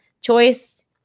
choice